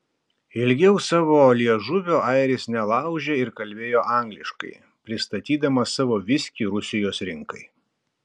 ilgiau savo liežuvio airis nelaužė ir kalbėjo angliškai pristatydamas savo viskį rusijos rinkai